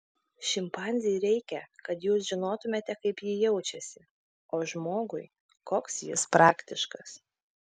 šimpanzei reikia kad jūs žinotumėte kaip ji jaučiasi o žmogui koks jis praktiškas